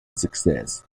success